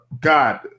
God